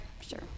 Sure